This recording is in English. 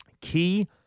key